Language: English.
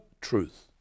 truth